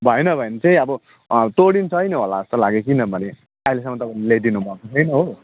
भएन भने चाहिँ अब तोडिन्छ नै होला जस्तो लाग्यो किनभने अहिलेसम्म तपाईँले ल्याइदिनुभएको छैन हो